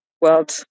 world